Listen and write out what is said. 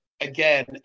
again